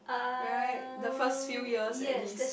right the first few years at least